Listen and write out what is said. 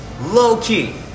low-key